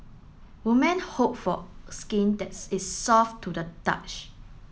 woman hope for skin that is soft to the touch